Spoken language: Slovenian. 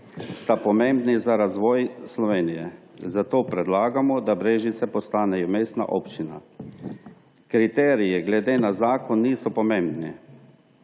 so pomembni za razvoj Slovenije, zato predlagamo, da Brežice postanejo mestna občina. Kriteriji glede na zakon niso pomembni,